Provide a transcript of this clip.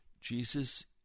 Jesus